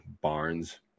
Barnes